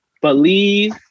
believe